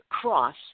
cross